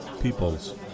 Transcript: peoples